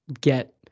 get